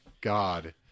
God